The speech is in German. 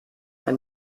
ein